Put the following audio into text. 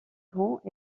grands